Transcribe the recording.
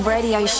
Radio